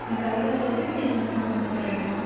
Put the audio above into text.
எனக்கு அதோட ஸ்பெசிஃபிகேஷன்ஸ்லாம் கொஞ்சம் சொல்றிங்களா